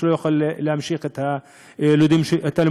והוא לא יוכל להמשיך את הלימודים שלו.